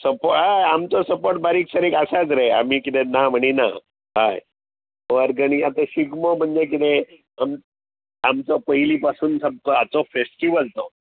support हय आमचो support बारीक सारीक आसात रे आमी कितें ना म्हणीना हय वर्गणी आतां शिगमो म्हणजे कितें आमचो पयलीं पासून हाचो फेस्टिवल तो